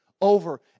over